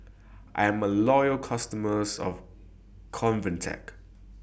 I'm A Loyal customer of Convatec